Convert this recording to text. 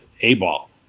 A-ball